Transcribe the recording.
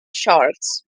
sharks